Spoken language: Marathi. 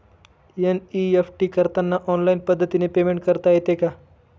एन.ई.एफ.टी करताना ऑनलाईन पद्धतीने पेमेंट करता येते का?